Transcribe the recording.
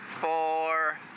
four